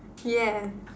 yeah